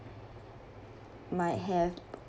might have